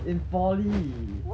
in poly